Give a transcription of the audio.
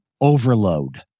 overload